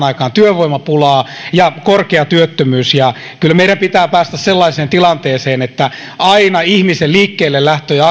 aikaan työvoimapulaa ja korkea työttömyys kyllä meidän pitää päästä sellaiseen tilanteeseen että aina ihmisen liikkeellelähtöä ja